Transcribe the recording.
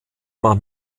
war